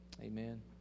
Amen